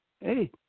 hey